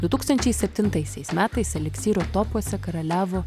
du tūkstančiai septintaisiais metais eliksyro topuose karaliavo